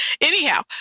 anyhow